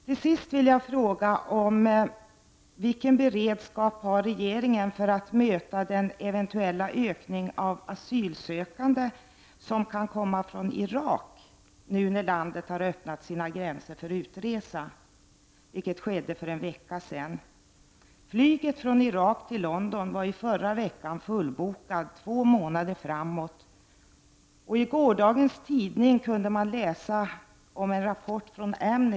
Till sist vill jag ställa följande fråga: Vilken beredskap har regeringen för att möta den eventuella ökningen av asylsökande som kan komma från Irak, då landet för en vecka sedan öppnade sina gränser för utresa? Flyget från Irak till London var förra veckan fullbokat två månader framåt. Och i gårdagens tidning kunde man läsa om en rapport från Amnesty.